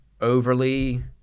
overly –